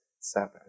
seven